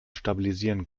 stabilisieren